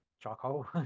charcoal